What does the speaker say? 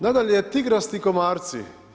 Nadalje, tigrasti komarci.